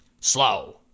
slow